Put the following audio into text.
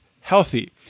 healthy